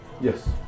Yes